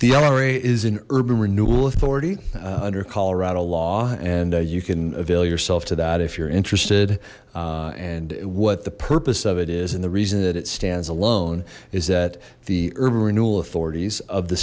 lra is an urban renewal authority under colorado law and you can avail yourself to that if you're interested and what the purpose of it is and the reason that it stands alone is that the urban renewal authorities of the